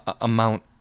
amount